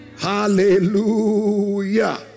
Hallelujah